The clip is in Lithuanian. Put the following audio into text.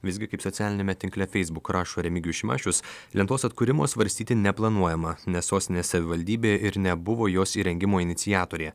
visgi kaip socialiniame tinkle facebook rašo remigijus šimašius lentos atkūrimo svarstyti neplanuojama nes sostinės savivaldybė ir nebuvo jos įrengimo iniciatorė